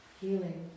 healing